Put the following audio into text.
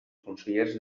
consellers